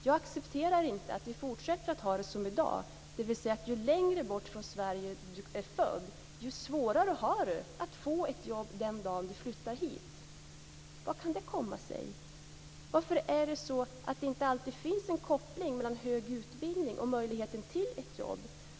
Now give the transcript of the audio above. Jag accepterar inte att vi fortsätter att ha det som i dag, dvs. att ju längre bort från Sverige man är född, desto svårare har man att få ett jobb den dag man flyttar hit. Hur kan det komma sig? Varför finns det inte alltid en koppling mellan hög utbildning och möjligheten till ett jobb?